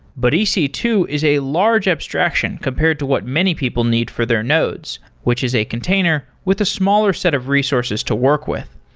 but e c two is a large abstraction compared to what many people need for their nodes, which is a container with the ah smaller set of resources to work with.